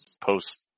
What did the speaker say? post